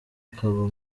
akaba